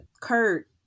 Kurt